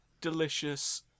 Delicious